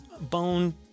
Bone